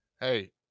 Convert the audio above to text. Hey